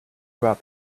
about